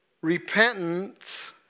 Repentance